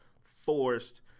forced